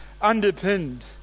underpinned